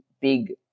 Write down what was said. big